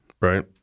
right